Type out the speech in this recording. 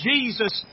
Jesus